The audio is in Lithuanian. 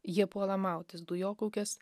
jie puola mautis dujokaukes